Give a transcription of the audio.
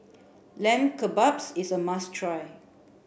Lamb Kebabs is a must try